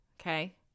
Okay